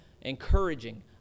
Encouraging